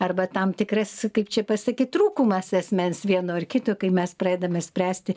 arba tam tikras kaip čia pasakyt trūkumas asmens vieno ar kito kai mes pradedame spręsti